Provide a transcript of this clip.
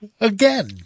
Again